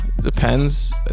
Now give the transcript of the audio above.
depends